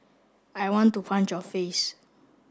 I want to punch your face